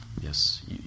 Yes